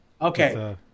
Okay